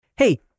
Hey